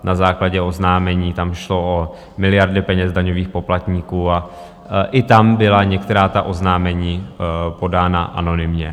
Na základě oznámení tam šlo o miliardy peněz daňových poplatníků a i tam byla některá ta oznámení podána anonymně.